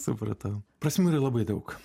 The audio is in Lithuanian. supratau prasmių yra labai daug